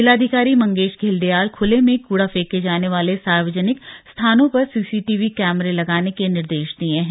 जिलाधिकारी मंगेश धिल्डियाल खूले में कड़ा फेंके जाने वाले सार्वजनिक स्थानों पर सीसीटीवी कैमरे लगाने के निर्देश दिए हैं